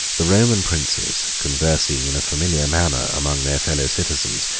the roman princes, conversing in a familiar manner among their fellow-citizens,